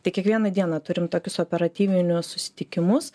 tai kiekvieną dieną turim tokius operatyvinius susitikimus